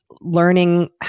learning